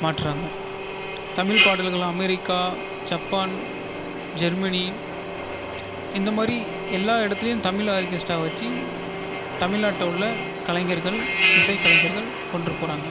மாட்றாங்க தமிழ் பாடல்களில் America Japan Germany இந்த மாதிரி எல்லா இடத்துலயும் தமிழ் ஆர்க்கெஸ்ட்ரா வச்சு தமிழ்நாட்டில் உள்ள கலைஞர்கள் இசை கலைஞர்கள் கொண்டு போகிறாங்க